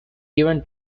given